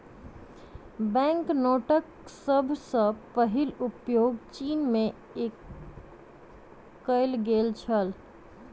bank नोटक सभ सॅ पहिल उपयोग चीन में कएल गेल छल